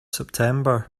september